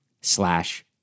slash